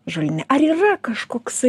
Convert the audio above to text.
žolinę ar yra kažkoksai